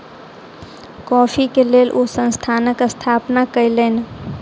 coffee के लेल ओ संस्थानक स्थापना कयलैन